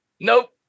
Nope